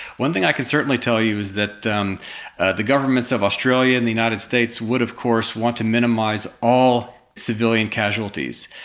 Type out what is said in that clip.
one thing i can certainly tell you is that the um the governments of australia and the united states would of course want to minimise all civilian casualties.